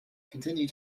continue